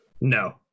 No